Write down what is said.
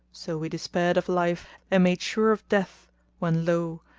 so we despaired of life and made sure of death when lo!